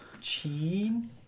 Chin